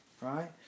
Right